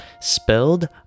Spelled